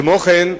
כמו כן,